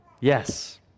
yes